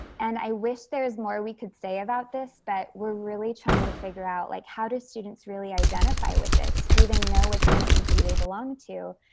and i wish there was more we could say about this, but we're really trying to figure out like how do students really identify with this. do they know which acp they belong to?